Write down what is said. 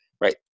Right